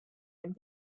and